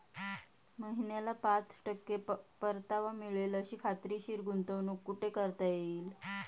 महिन्याला पाच टक्के परतावा मिळेल अशी खात्रीशीर गुंतवणूक कुठे करता येईल?